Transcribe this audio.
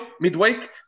midweek